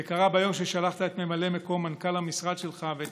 זה קרה ביום ששלחת את ממלא מקום מנכ"ל המשרד שלך ואת